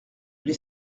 les